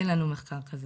אין לנו מחקר כזה.